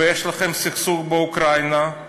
ויש לכם סכסוך באוקראינה,